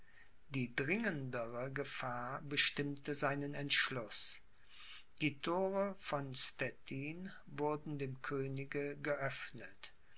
die dringendere gefahr bestimmte seinen entschluß die thore von stettin wurden dem könige geöffnet